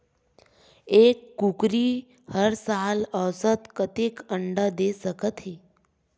एक कुकरी हर साल औसतन कतेक अंडा दे सकत हे?